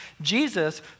Jesus